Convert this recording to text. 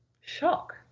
shock